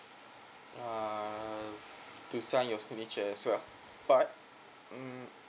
uh to sign your signature as well but mm